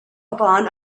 upon